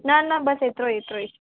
न न बसि एतिरो ई एतिरो ई